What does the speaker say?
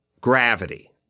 gravity